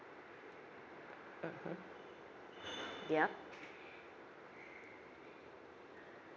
mmhmm yeah